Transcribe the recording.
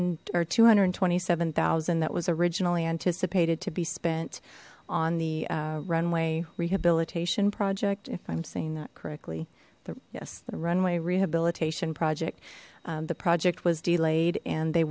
or two hundred and twenty seven zero that was originally anticipated to be spent on the runway rehabilitation project if i'm saying that correctly yes the runway rehabilitation project the project was delayed and they